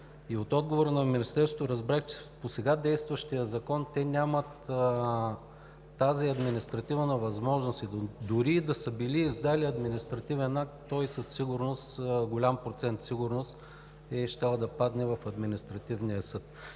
От отговора на Министерството разбрах, че по сега действащия Закон те нямат тази административна възможност. Дори и да са били издали административен акт, той с голям процент сигурност е щял да падне в Административния съд.